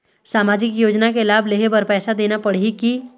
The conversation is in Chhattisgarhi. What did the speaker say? सामाजिक योजना के लाभ लेहे बर पैसा देना पड़ही की?